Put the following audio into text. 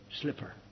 slipper